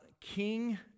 King